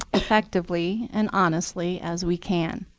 effectively and honestly as we can.